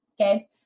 okay